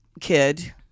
kid